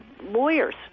lawyers